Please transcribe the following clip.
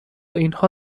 اینها